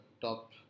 top